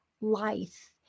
life